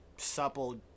supple